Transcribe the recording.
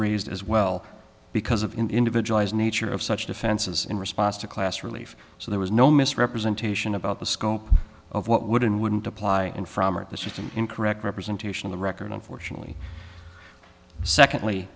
raised as well because of individualized nature of such defenses in response to class relief so there was no misrepresentation about the scope of what would and wouldn't apply and from or this was an incorrect representation of the record unfortunately secondly